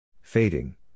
Fading